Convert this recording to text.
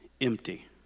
empty